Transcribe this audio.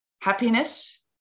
happiness